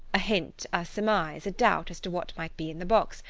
a hint, a surmise, a doubt as to what might be in the box,